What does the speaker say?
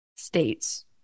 states